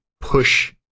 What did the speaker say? push